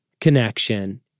connection